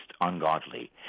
ungodly